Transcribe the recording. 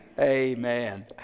Amen